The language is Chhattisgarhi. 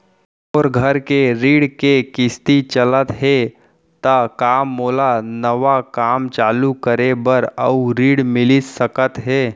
मोर घर के ऋण के किसती चलत हे ता का मोला नवा काम चालू करे बर अऊ ऋण मिलिस सकत हे?